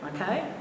okay